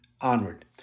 onward